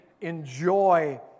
enjoy